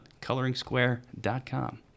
ColoringSquare.com